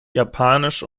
japanisch